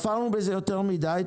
חפרנו בזה יותר מדי.